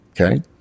Okay